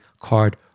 card